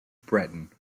breton